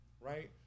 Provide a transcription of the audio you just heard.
right